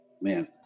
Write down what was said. man